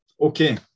Okay